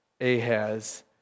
Ahaz